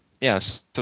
yes